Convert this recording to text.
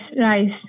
rice